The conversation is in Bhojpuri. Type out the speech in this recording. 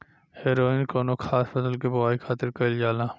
हैरोइन कौनो खास फसल के बोआई खातिर कईल जाला